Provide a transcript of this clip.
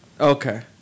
Okay